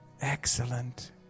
Excellent